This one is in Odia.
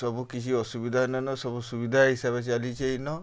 ସବୁ କିଛି ଅସୁବିଧା ନାଇନ ସବୁ ସୁବିଧା ହିସାବେ ଚାଲିଚେ ଇନ